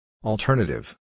Alternative